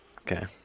Okay